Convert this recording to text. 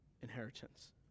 inheritance